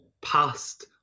past